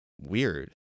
weird